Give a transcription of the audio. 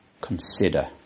consider